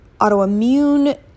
autoimmune